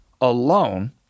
alone